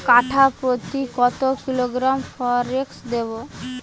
কাঠাপ্রতি কত কিলোগ্রাম ফরেক্স দেবো?